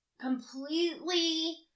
completely